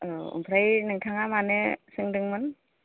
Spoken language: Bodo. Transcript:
औ ओमफ्राय नोंथाङा मानो सोंदोंमोन